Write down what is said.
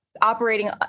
operating